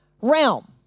realm